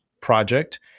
project